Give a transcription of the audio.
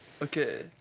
Okay